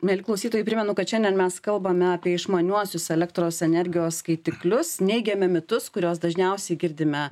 mieli klausytojai primenu kad šiandien mes kalbame apie išmaniuosius elektros energijos skaitiklius neigiame mitus kuriuos dažniausiai girdime